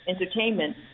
entertainment